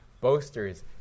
boasters